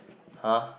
[huh]